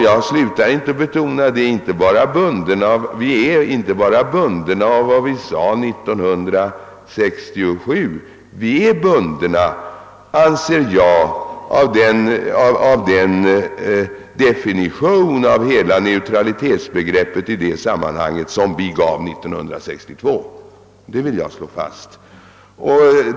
Jag vill inte upphöra att betona att vi inte bara är bundna av det vi uttalade 1967 utan också enligt min uppfattning är bundna av den definition av hela neutralitetsbegreppet i detta sammanhang, som vi gjorde 1962. Det är något som jag vill slå fast.